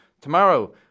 tomorrow